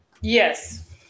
Yes